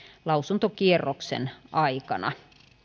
lausuntokierroksen aikana